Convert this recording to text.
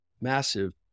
massive